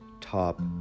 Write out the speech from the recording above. Top